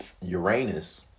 Uranus